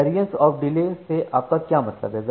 variance of delay से आपका क्या मतलब है